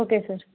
okay sir